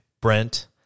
Brent